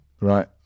Right